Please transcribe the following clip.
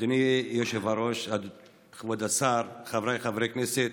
אדוני היושב-ראש, כבוד השר, חבריי חברי הכנסת,